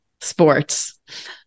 sports